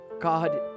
God